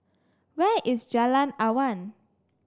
where is Jalan Awan